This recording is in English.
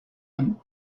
him